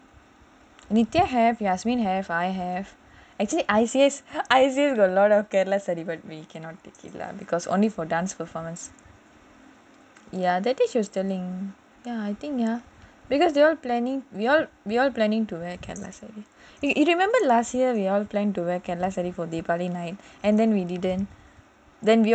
nita have yasmin have I have actually I_C_A have a lot but cannot take it lah because only for dance performance ya that day she was telling ya I think ya because they are planning we all we all planning to wear kerala saree remember last year we all plan to wear saree for deepavali night and then we didn't